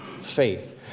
faith